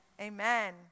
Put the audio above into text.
Amen